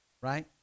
Right